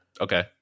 Okay